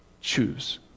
Choose